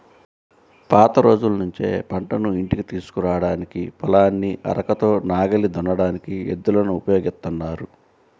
పాత రోజుల్నుంచే పంటను ఇంటికి తీసుకురాడానికి, పొలాన్ని అరకతో నాగలి దున్నడానికి ఎద్దులను ఉపయోగిత్తన్నారు